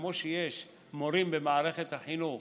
כמו שיש מורים במערכת החינוך